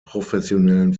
professionellen